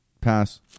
Pass